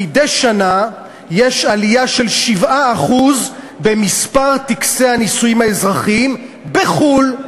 שמדי שנה יש עלייה של 7% במספר טקסי הנישואים האזרחיים בחו"ל.